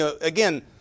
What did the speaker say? Again